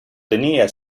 tenía